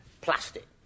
plastic